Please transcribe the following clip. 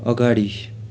अगाडि